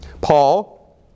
Paul